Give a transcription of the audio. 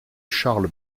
charles